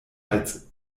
als